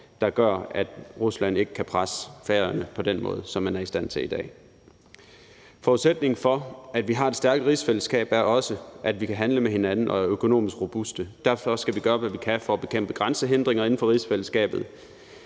der gør, at Rusland ikke kan presse Færøerne på den måde, som de er i stand til i dag. Forudsætningen for, at vi har et stærkt rigsfællesskab er også, at vi kan handle med hinanden og er økonomisk robuste, derfor skal vi gøre, hvad vi kan for at bekæmpe grænsehindringer inden for rigsfællesskabet.